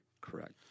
Correct